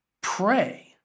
pray